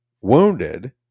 wounded